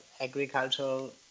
agricultural